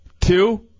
Two